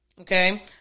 Okay